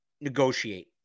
negotiate